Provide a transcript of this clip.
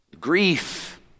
grief